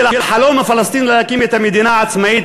החלום הפלסטיני להקים את המדינה העצמאית